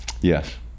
Yes